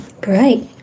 Great